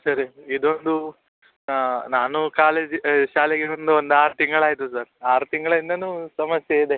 ಸರಿ ಇದೊಂದು ಹಾಂ ನಾನು ಕಾಲೇಜಿಗೆ ಶಾಲೆಗೆ ಒಂದು ಬಂದು ಆರು ತಿಂಗಳು ಆಯಿತು ಸರ್ ಆರು ತಿಂಗಳಿಂದನೂ ಸಮಸ್ಯೆಯಿದೆ